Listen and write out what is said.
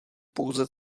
pouze